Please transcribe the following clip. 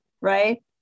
right